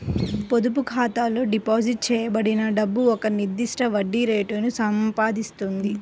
పొదుపు ఖాతాలో డిపాజిట్ చేయబడిన డబ్బు ఒక నిర్దిష్ట వడ్డీ రేటును సంపాదిస్తుంది